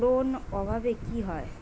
Boron অভাবে কি হয়?